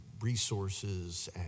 resources